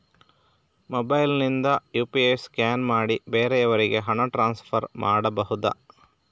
Mobile ನಿಂದ UPI scan ಮಾಡಿ ಬೇರೆಯವರಿಗೆ ಹಣ ಟ್ರಾನ್ಸ್ಫರ್ ಮಾಡಬಹುದ?